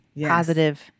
Positive